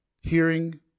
hearing